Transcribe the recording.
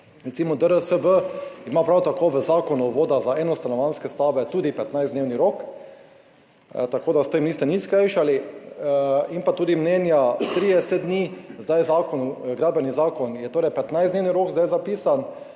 DRSV ima prav tako v Zakonu o vodah za enostanovanjske stavbe tudi 15-dnevni rok, tako da s tem niste nič skrajšali, pa tudi mnenja 30 dni, v Gradbenem zakonu je torej 15-dnevni rok zdaj zapisan,